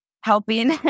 helping